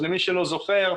למי שלא זוכר,